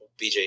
BJ